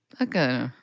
Okay